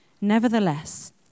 Nevertheless